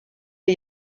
les